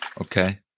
Okay